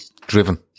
driven